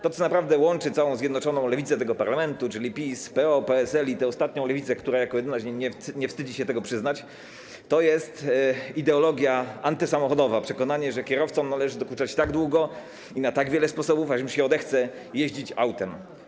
To, co naprawdę łączy całą zjednoczoną lewicę tego parlamentu, czyli PiS, PO, PSL i tę ostatnią lewicę, która jako jedyna się nie wstydzi do tego przyznać, to ideologia antysamochodowa, przekonanie, że kierowcom należy dokuczać tak długo i na tak wiele sposób, aż im się odechce jeździć autem.